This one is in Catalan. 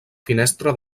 finestra